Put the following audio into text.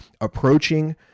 approaching